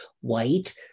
white